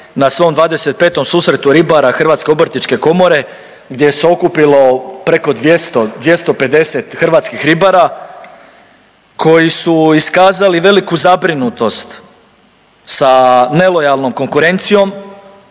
na svom 25. Susretu ribara HOK-a gdje se okupilo preko 200, 250 hrvatskih ribara koji su iskazali veliku zabrinutost sa nelojalnom konkurencijom.